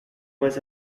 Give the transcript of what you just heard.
was